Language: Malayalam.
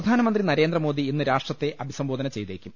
പ്രധാനമന്ത്രി നരേന്ദ്രമോദി ഇന്ന് രാഷ്ട്രത്തെ അഭിസംബോധന ചെയ്തേക്കും